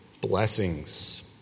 blessings